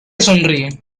sonríe